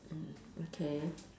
mm okay